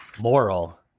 moral